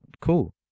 cool